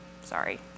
sorry